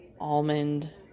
almond